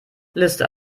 liste